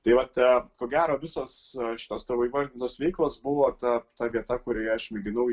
tai vat ko gero visos šitos tavo įvardytos veiklos buvo ta ta vieta kurioje aš mėginau